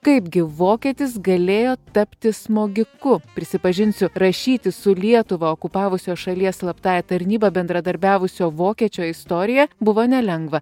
kaipgi vokietis galėjo tapti smogiku prisipažinsiu rašyti su lietuvą okupavusios šalies slaptąja tarnyba bendradarbiavusio vokiečio istoriją buvo nelengva